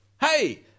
hey